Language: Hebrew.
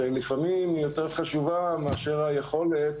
שהיא לפעמים יותר חשובה מאשר היכולת